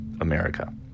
America